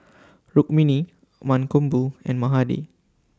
Rukmini Mankombu and Mahade